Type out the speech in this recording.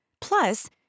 Plus